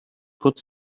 put